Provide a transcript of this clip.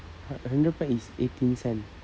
hundred pack is eighteen cent